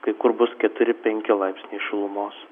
kai kur bus keturi penki laipsniai šilumos